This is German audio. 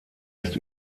ist